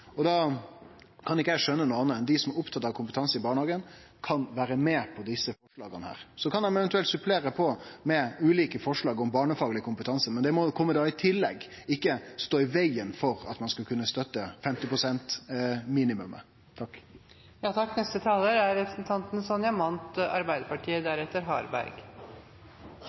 Da kan ikkje eg skjøne noko anna enn at dei som er opptatt av kompetanse i barnehagen, kan vere med på desse forslaga. Dei kan eventuelt supplere med ulike forslag om barnefagleg kompetanse, men det må kome i tillegg, ikkje stå i vegen for at ein skal kunne støtte minimumskravet om 50 pst. Det er jo interessant at det er Harberg